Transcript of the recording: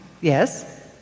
yes